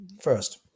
first